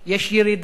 יש ירידה